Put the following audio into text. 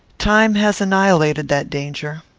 time has annihilated that danger.